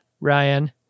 Ryan